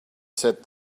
said